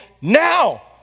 Now